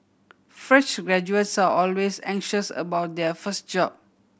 fresh graduates are always anxious about their first job